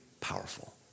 powerful